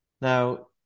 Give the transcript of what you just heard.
Now